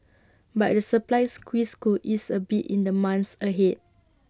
but the supply squeeze could ease A bit in the months ahead